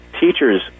teachers